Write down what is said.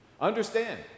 Understand